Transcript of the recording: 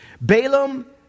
Balaam